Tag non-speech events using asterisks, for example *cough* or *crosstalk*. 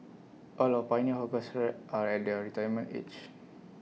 all our pioneer hawkers *unintelligible* are at their retirement age